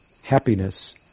happiness